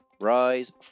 rise